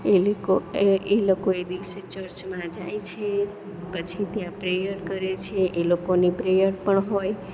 એ લોકો એ દિવસે ચર્ચમાં જાય છે પછી ત્યાં પ્રેયર કરે છે એ લોકોની પ્રેયર પણ હોય